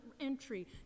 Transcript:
entry